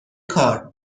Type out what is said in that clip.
کار